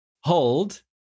Hold